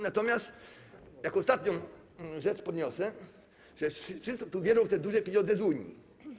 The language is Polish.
Natomiast jako ostatnią rzecz podniosę to, że wszyscy tu wierzą w te duże pieniądze z Unii.